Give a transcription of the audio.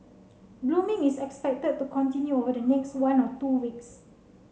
blooming is expected to continue over the next one or two weeks